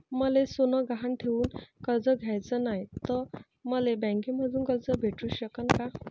मले सोनं गहान ठेवून कर्ज घ्याचं नाय, त मले बँकेमधून कर्ज भेटू शकन का?